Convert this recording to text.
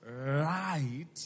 Right